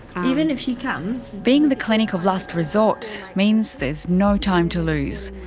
even if she comes. being the clinic of last resort means there's no time to lose.